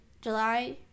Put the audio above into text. July